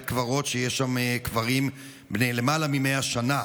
בית קברות שיש שם קברים בני למעלה מ-100 שנה.